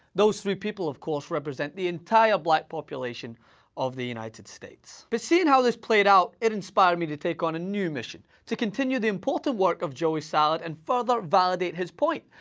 those three people, of course, represent the entire black population of the united states. but seeing how this played out, it inspired me to take on a new mission. to continue the important work of joey salads, and further validate his point,